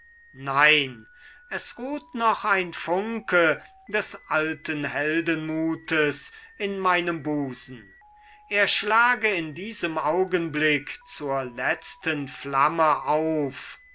nein es ruht noch ein funke des alten heldenmutes in meinem busen er schlage in diesem augenblick zur letzten flamme auf